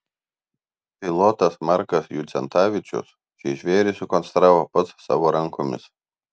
pilotas markas judzentavičius šį žvėrį sukonstravo pats savo rankomis